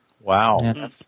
Wow